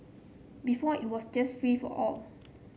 before it was just free for all